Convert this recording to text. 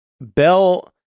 Bell